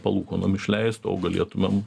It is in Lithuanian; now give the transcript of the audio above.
palūkanom išleist o galėtumėm